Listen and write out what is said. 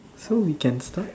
so we can start